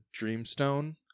dreamstone